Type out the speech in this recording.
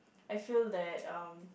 I feel that um